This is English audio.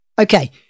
Okay